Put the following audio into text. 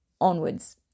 onwards